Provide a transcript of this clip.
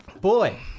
Boy